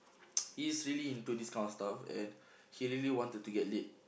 he's really into this kind of stuff and he really wanted to get laid